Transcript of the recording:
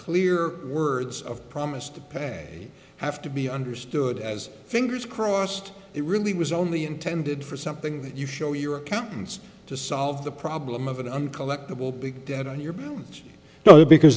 clear words of promise to pay have to be understood as fingers crossed it really was only intended for something that you show your accountants to solve the problem of uncollectable